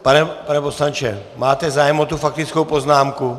Pane poslanče, máte zájem o tu faktickou poznámku?